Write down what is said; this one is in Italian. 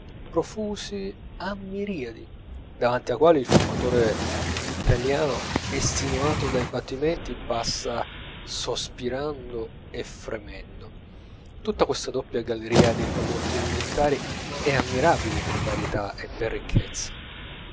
darte profusi a miriadi davanti ai quali il fumatore italiano estenuato dai patimenti passa sospirando e fremendo tutta questa doppia galleria dei prodotti alimentari è ammirabile per varietà e per ricchezza